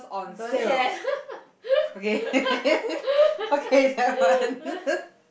don't have